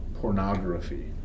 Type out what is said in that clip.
pornography